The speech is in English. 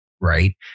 Right